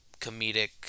comedic